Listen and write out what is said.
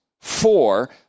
four